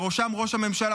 בראשם ראש הממשלה,